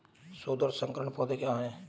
शुद्ध और संकर पौधे क्या हैं?